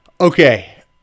Okay